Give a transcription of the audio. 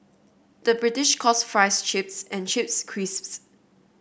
the British calls fries chips and chips crisps